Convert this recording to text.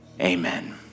Amen